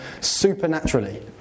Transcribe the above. supernaturally